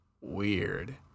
weird